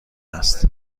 است